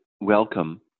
welcome